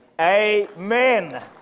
amen